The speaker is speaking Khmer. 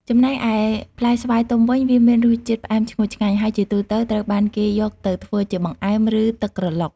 ចំណែកឯផ្លែស្វាយទុំវិញ មានរសជាតិផ្អែមឈ្ងុយឆ្ងាញ់ ហើយជាទូទៅត្រូវបានគេយកទៅធ្វើជាបង្អែម ឬទឹកក្រឡុក។